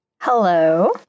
Hello